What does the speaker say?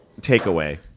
takeaway